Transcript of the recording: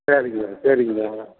சரிங்க சரிங்கம்மா